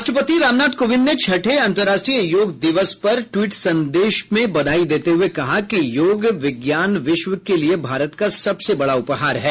राष्ट्रपति रामनाथ कोविंद ने छठे अंतर्राष्ट्रीय योग दिवस पर ट्वीट संदेश कर बधाई देते हये कहा कि योग विज्ञान विश्व के लिए भारत का सबसे बड़ा उपहार है